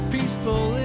Peaceful